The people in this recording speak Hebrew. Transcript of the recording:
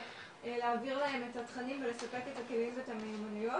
להעביר להם את התכנים ולספק את הכלים והמיומנויות.